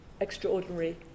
extraordinary